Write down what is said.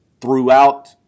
throughout